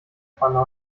banner